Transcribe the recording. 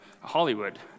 Hollywood